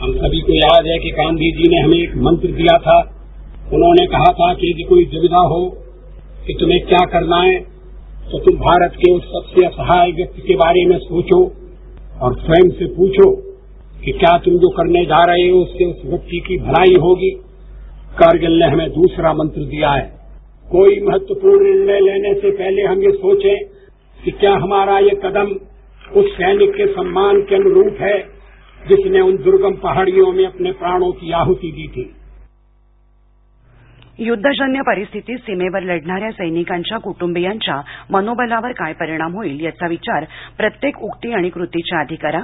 हम सभी को याद है कि गाँधी जी ने हमें एक मंत्र दिया था उन्होंने कहा था कि यदि कोई दुविधा हो कि तुम्हें क्या करना है तो तुम भारत के उस सबसे असहाय व्यक्ति के बारे में सोचो और स्वयं से पूछो कि क्या तुम जो करने जा रहे हो उससे उस व्यक्ति की भलाई होगी कारगिल ने हमें द्सरा मंत्र दिया है कोई महत्वपूर्ण निर्णय लेने से पहले हम ये सोचें कि क्या हमारा ये कदम उस सैनिक के सम्मान के अनुरूप है जिसने उन दुर्गम पहाड़ियों में अपने प्राणों की आहुति दी थी युद्धजन्य परिस्थितीत सीमेवर लढणा या सैनिकांच्या कुटुंबियांच्या मनोबलावर काय परिणाम होईल याचा विचार प्रत्येक उक्ती आणि कृतीच्या आधी करा